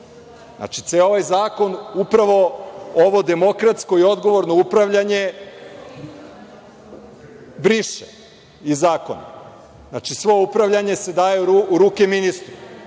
Znači, ceo ovaj zakon upravo ovo demokratsko i odgovorno upravljanje briše iz zakona. Znači, svo upravljanje se stavlja u ruke ministru.